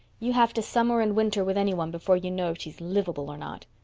you have to summer and winter with any one before you know if she's livable or not.